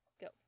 go